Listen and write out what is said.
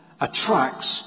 attracts